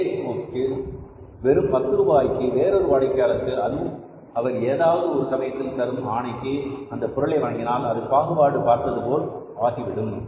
அதே நேரத்தில் வெறும் பத்து ரூபாய்க்கு வேறொரு வாடிக்கையாளருக்கு அதுவும் அவர் ஏதாவது ஒரு சமயத்தில் தரும் ஆணைக்கு அந்தப் பொருளை வழங்கினால் அதுபாகுபாடு பார்த்தது போல் ஆகிவிடும்